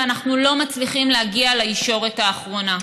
ואנחנו לא מצליחים להגיע לישורת האחרונה.